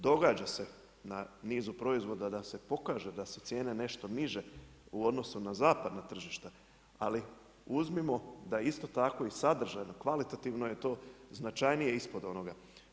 Događa se na nizu proizvoda se pokaže da su cijene nešto niže u odnosu na zapadna tržišta, ali uzmimo da isto tako i sadržajno, kvalitetno to je to značajnije ispod onoga.